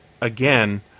again